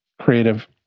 creative